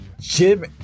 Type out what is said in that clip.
Jim